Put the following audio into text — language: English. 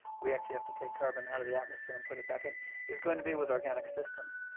we actually have to take carbon out of the atmosphere and put it back in is going to be with organic systems.